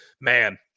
man